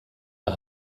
der